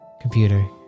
computer